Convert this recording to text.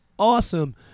awesome